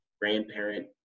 grandparent